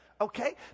Okay